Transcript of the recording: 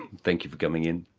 thank you for coming in.